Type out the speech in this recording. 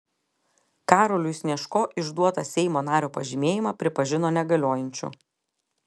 karoliui snežko išduotą seimo nario pažymėjimą pripažino negaliojančiu